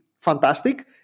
fantastic